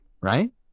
right